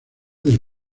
del